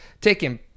taking